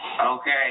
Okay